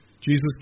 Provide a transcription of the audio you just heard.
Jesus